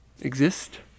exist